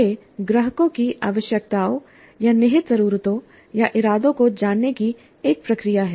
यह ग्राहकों की आवश्यकताओं या निहित जरूरतों या इरादों को जानने की एक प्रक्रिया है